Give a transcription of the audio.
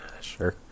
Sure